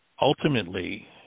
Ultimately